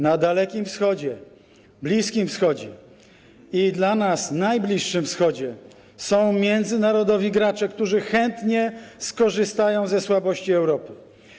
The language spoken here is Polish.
Na Dalekim Wschodzie, Bliskim Wschodzie i dla nas najbliższym Wschodzie są międzynarodowi gracze, którzy chętnie skorzystają ze słabości Europy.